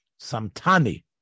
Samtani